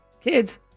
Kids